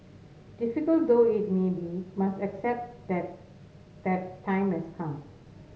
difficult though it may be must accept that that time has come